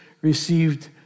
received